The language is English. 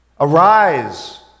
Arise